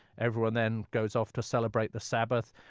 everyone then goes off to celebrate the sabbath.